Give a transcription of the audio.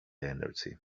energy